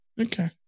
Okay